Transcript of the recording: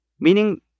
meaning